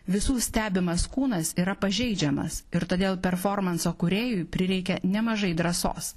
visų stebimas kūnas yra pažeidžiamas ir todėl performanso kūrėjui prireikė nemažai drąsos